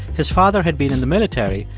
his father had been in the military,